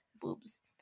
boobs